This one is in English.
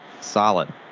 Solid